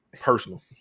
personal